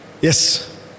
Yes